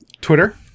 Twitter